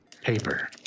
paper